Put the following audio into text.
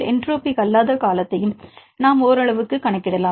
entropic அல்லாத காலத்தையும் நாம் ஓரளவுக்குக் கணக்கிடலாம்